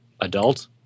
adult